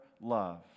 love